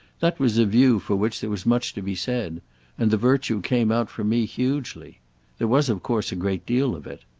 that was a view for which there was much to be said and the virtue came out for me hugely there was of course a great deal of it.